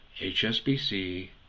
HSBC